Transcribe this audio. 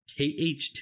KH2